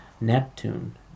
Neptune